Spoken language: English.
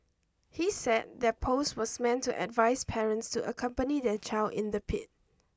he said their post was meant to advise parents to accompany their child in the pit